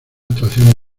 actuaciones